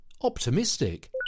Optimistic